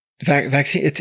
Vaccine